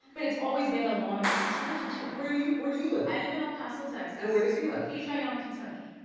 but it's always been a long distance relationship. where do you, where do you live? i live in el paso, texas. and where does he live? he's right now in kentucky.